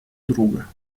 друга